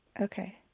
Okay